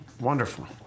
Wonderful